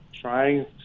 trying